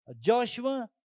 Joshua